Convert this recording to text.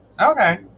Okay